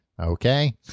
okay